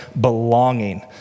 belonging